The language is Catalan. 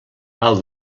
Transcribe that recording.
pal